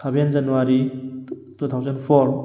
seven January two thousand four